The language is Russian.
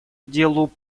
делу